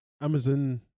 Amazon